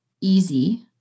easy